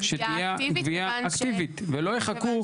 הוא ביקש שתהיה גבייה אקטיבית, ולא יחכו.